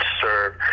serve